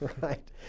Right